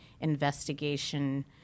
investigation